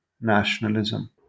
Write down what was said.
nationalism